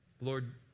Lord